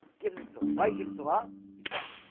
gives him to her why give it to her you tried?